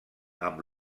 amb